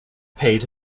paid